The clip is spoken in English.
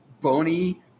bony